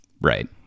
right